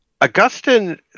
Augustine